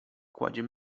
kładzie